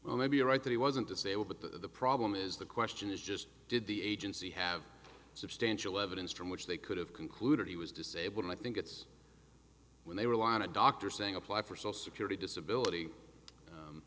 well maybe you're right that he wasn't disabled but the problem is the question is just did the agency have substantial evidence from which they could have concluded he was disabled i think it's when they rely on a doctor saying apply for social security disability